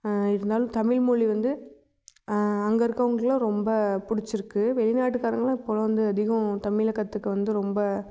இருந்தாலும் தமிழ்மொழி வந்து அங்கே இருக்கவுங்களுக்கெல்லாம் ரொம்ப பிடிச்சிருக்கு வெளிநாட்டுக்காரங்கள்லாம் இப்போதெல்லாம் வந்து அதிகம் தமிழ கற்றுக்க வந்து ரொம்ப